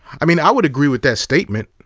i mean, i would agree with that statement.